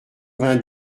vingt